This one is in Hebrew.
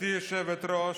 גברתי היושבת-ראש,